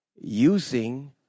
using